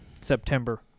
September